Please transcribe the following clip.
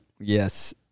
Yes